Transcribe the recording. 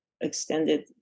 extended